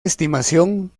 estimación